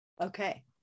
Okay